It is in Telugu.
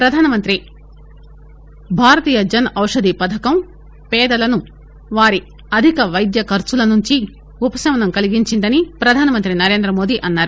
ప్రధానమంత్రి భారతీయ జన్ ఔషధి పథకం పేదలను వారి అధిక వైద్య ఖర్సుల నుండి ఉపశమనం కలిగించిందని ప్రధానమంత్రి నరేంద్రమోదీ అన్సారు